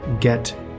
get